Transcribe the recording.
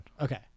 Okay